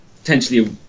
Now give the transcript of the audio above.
Potentially